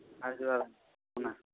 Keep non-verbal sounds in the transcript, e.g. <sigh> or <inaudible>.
ᱚ <unintelligible>